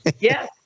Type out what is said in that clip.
Yes